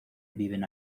viven